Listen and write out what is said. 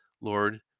lord